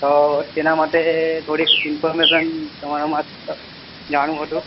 તો તેના માટે થોડીક ઇન્ફોર્મેસન તમારા મા જાણવું હતું